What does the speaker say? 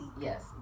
Yes